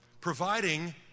Providing